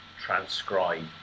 transcribe